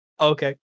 Okay